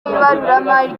ibaruramari